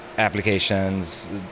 applications